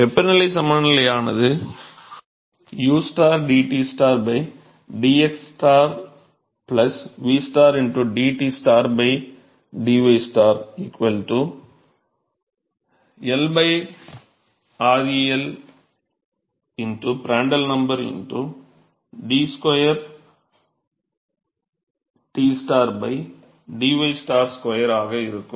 வெப்பநிலை சமநிலையானது u dT dx v dT dy L Rel Prandtl number d 2 T d y 2 ஆக இருக்கும்